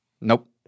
Nope